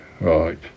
right